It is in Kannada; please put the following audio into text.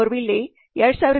ಗೌರ್ವಿಲ್ಲೆProfessor John T